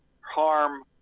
harm